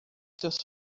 seus